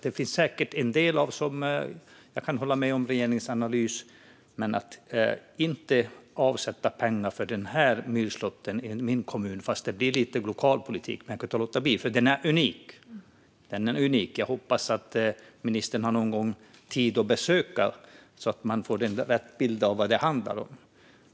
Det finns säkert en del fall där jag kan hålla med om regeringens analys, men det vore en miss att inte avsätta pengar för myrslåttern i min kommun - nu blir det lite lokalpolitik, men jag kan inte låta bli, för den är unik. Jag hoppas att ministern någon gång har tid att besöka den för att få rätt bild av vad det handlar om.